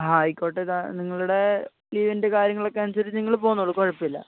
ആയിക്കോട്ടെ സാ നിങ്ങളുടെ ലീവിൻ്റെ കാര്യങ്ങളൊക്കെ അനുസരിച്ച് നിങ്ങൾ പോന്നുകൊള്ളു കുഴപ്പമില്ല